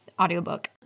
audiobook